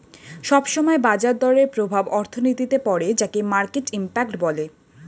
সব সময় বাজার দরের প্রভাব অর্থনীতিতে পড়ে যাকে মার্কেট ইমপ্যাক্ট বলে